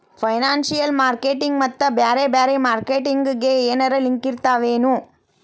Financial marketing ಮತ್ತ ಬ್ಯಾರೆ ಬ್ಯಾರೆ ಮಾರ್ಕೆಟಿಂಗ್ ಗೆ ಏನರಲಿಂಕಿರ್ತಾವೆನು?